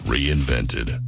Reinvented